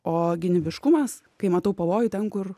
o gynybiškumas kai matau pavojų ten kur